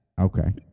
Okay